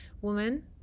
Woman